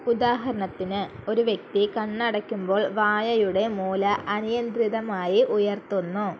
ഉദാഹരണത്തിന് ഒരു വ്യക്തി കണ്ണ് അടയ്ക്കുമ്പോൾ വായയുടെ മൂല അനിയന്ത്രിതമായി ഉയർത്തുന്നു